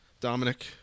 Dominic